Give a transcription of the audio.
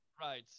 Right